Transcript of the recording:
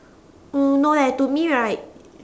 oo no leh to me right